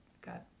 got